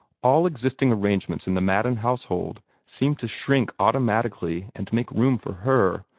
all existing arrangements in the madden household seemed to shrink automatically and make room for her,